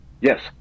yes